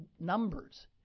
numbers